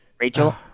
Rachel